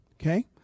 Okay